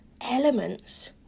elements